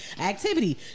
Activity